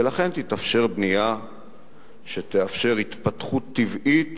ולכן תתאפשר בנייה שתאפשר התפתחות טבעית,